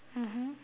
mmhmm